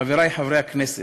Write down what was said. חברי חברי הכנסת,